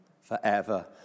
forever